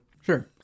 Sure